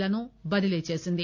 లను బదిలీ చేసింది